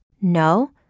No